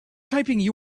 typing